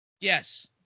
Yes